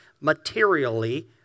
materially